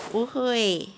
不会